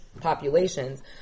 populations